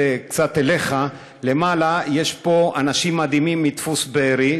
זה קצת אליך: למעלה יש פה אנשים מדהימים מדפוס "בארי"